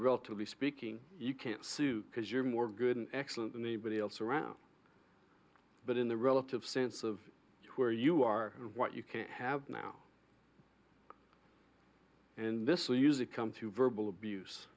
relatively speaking you can't sue because you're more good and excellent than anybody else around but in the relative sense of where you are what you can have now and this will use it come to verbal abuse